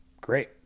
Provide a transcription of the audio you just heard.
great